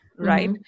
Right